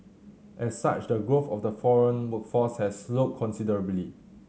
as such the growth of the foreign workforce has slowed considerably